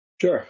Sure